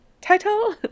Title